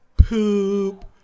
poop